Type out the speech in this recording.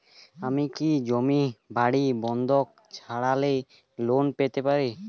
আমি কি জমি বাড়ি বন্ধক ছাড়াই লোন পেতে পারি?